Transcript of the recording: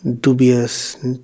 dubious